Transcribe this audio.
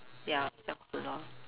ya 这样子 lor